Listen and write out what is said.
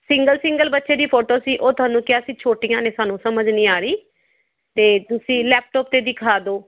single single ਬੱਚੇ ਦੀ photo ਸੀ ਉਹ ਤੁਹਾਨੂੰ ਕਿਹਾ ਸੀ ਛੋਟੀਆਂ ਨੇ ਸਾਨੂੰ ਸਮਝ ਨਹੀਂ ਆ ਰਹੀ ਤਾਂ ਤੁਸੀਂ ਲੈਪਟੋਪ 'ਤੇ ਦਿਖਾ ਦਓ